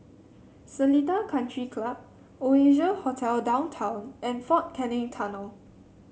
Seletar Country Club Oasia Hotel Downtown and Fort Canning Tunnel